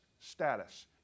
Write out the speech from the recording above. status